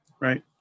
right